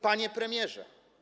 Panie Premierze!